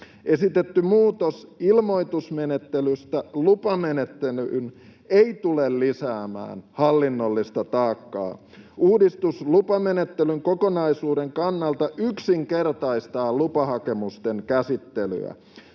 Esitetty muutos ilmoitusmenettelystä lupamenettelyyn ei tule lisäämään hallinnollista taakkaa. Uudistus lupamenettelyn kokonaisuuden kannalta yksinkertaistaa lupahakemusten käsittelyä.